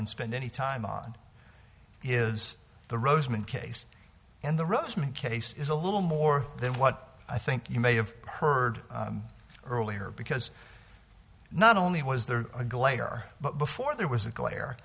and spend any time on is the roseman case and the russian case is a little more than what i think you may have heard earlier because not only was there a glare but before there was a glare